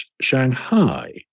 Shanghai